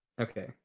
Okay